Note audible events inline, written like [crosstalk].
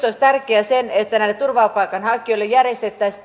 [unintelligible] olisi tärkeää että näille turvapaikanhakijoille järjestettäisiin